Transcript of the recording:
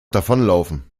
davonlaufen